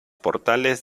portales